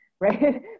right